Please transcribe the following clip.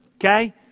Okay